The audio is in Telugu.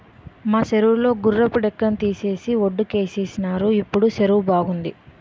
మా సెరువు లో గుర్రపు డెక్కని తీసేసి వొడ్డుకేసినారు ఇప్పుడు సెరువు బావుంది